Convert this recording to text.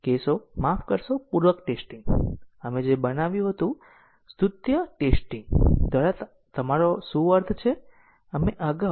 તેથી જો એક માર્ગ એક લીનીયર ઉમેરો બે પાથનો ઉમેરો છે તો તે લીનીયર રીતે ઇનડીપેડેંટ માર્ગ નથી